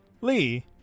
lee